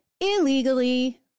illegally